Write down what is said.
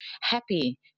happy